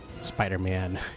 Spider-Man